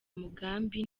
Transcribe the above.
mugambi